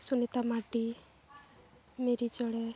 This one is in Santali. ᱥᱩᱱᱤᱛᱟ ᱢᱟᱨᱰᱤ ᱢᱤᱨᱤ ᱪᱮᱬᱮ